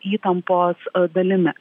įtampos dalimi